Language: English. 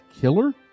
killer